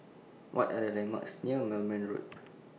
What Are The landmarks near Moulmein Road